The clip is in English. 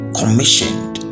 commissioned